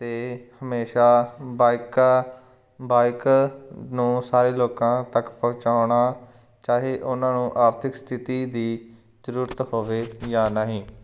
ਅਤੇ ਹਮੇਸ਼ਾ ਬਾਇਕਾਂ ਬਾਈਕ ਨੂੰ ਸਾਰੇ ਲੋਕਾਂ ਤੱਕ ਪਹੁੰਚਾਉਣਾ ਚਾਹੇ ਉਹਨਾਂ ਨੂੰ ਆਰਥਿਕ ਸਥਿਤੀ ਦੀ ਜ਼ਰੂਰਤ ਹੋਵੇ ਜਾਂ ਨਹੀਂ